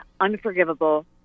unforgivable